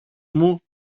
μου